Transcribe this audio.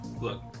Look